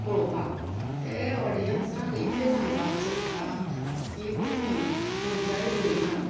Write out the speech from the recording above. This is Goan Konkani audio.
पळोवपाक ते ऑडियन्साक इतले सांगपाक सोदता की तुमी तुमच्याय भुरग्यांक